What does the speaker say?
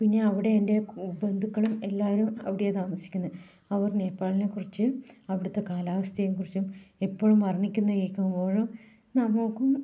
പിന്നെ അവിടെ എൻ്റെ കു ബന്ധുക്കളും എല്ലാവരും അവിടെയാണ് താമസിക്കുന്നത് അവർ നേപ്പാളിനെ കുറിച്ചും അവിടുത്തെ കാലാവസ്ഥയെ കുറിച്ചും എപ്പോഴും വർണ്ണിക്കുന്നത് കേൾക്കുമ്പോഴും നമുക്കും